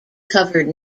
covered